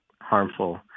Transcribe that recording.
harmful